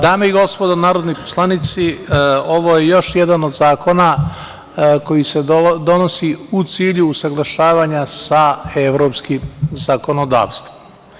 Dame i gospodo narodni poslanici, ovo je još jedan od zakona koji se donosi u cilju usaglašavanja sa evropskim zakonodavstvom.